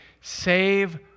Save